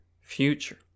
future